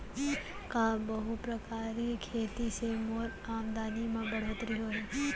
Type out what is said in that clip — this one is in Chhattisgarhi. का बहुप्रकारिय खेती से मोर आमदनी म बढ़होत्तरी होही?